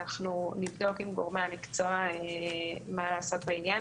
אנחנו נבדוק עם גורמי המקצוע מה לעשות בעניין